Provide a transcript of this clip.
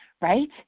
right